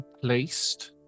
placed